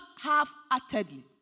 half-heartedly